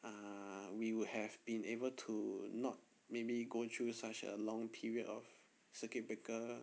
uh we would have been able to not maybe going through such a long period of circuit breaker